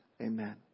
Amen